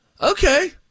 Okay